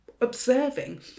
observing